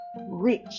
rich